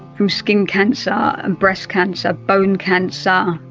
from skin cancer, breast cancer, bone cancer,